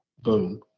Boom